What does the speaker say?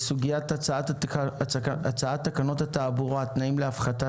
סוגיית הצעת תקנות התעבורה (תנאים להפחתה